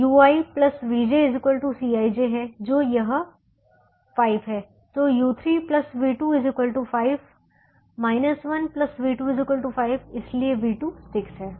तो ui vj Cij जो यह 5 है तो u3 v2 5 1 v2 5 इसलिए v2 6 है